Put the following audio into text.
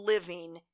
living